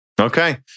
Okay